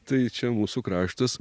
tai čia mūsų kraštas